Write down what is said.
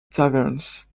taverns